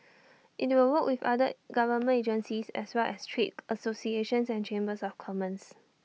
IT will work with other government agencies as well as trade associations and chambers of commerce